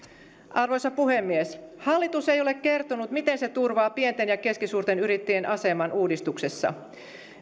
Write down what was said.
arvoisa puhemies hallitus ei ole kertonut miten se turvaa pienten ja keskisuurten yrittäjien aseman uudistuksessa